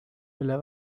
mille